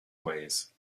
ways